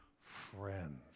friends